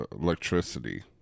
electricity